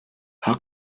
how